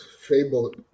Fable